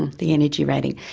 the energy rating.